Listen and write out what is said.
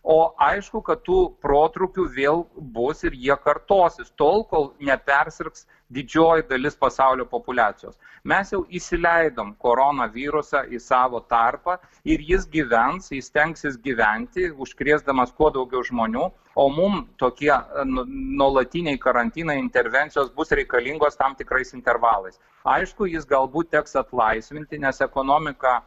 o aišku kad tų protrūkių vėl bus ir jie kartosis tol kol nepersirgs didžioji dalis pasaulio populiacijos mes jau įsileidom koronavirusą į savo tarpą ir jis gyvens jis stengsis gyventi užkrėsdamas kuo daugiau žmonių o mum tokie nuolatiniai karantino intervencijos bus reikalingos tam tikrais intervalais aišku jis galbūt teks atlaisvinti nes ekonomika